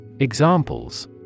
Examples